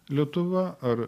lietuva ar